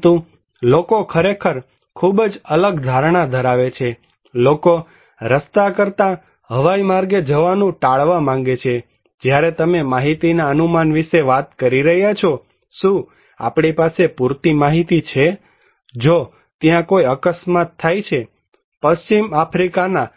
પરંતુ લોકો ખરેખર ખૂબ જ અલગ ધારણા ધરાવે છે લોકો રસ્તા કરતા હવાઈ માર્ગે જવાનું ટાળવા માંગે છેજ્યારે તમે માહિતીના અનુમાન વિશે વાત કરી રહ્યા છો શું આપણી પાસે પૂરતી માહિતી છે જો ત્યાં કોઈ અકસ્માત થાય છે પશ્ચિમ આફ્રિકાના